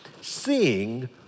Seeing